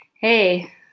Hey